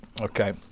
Okay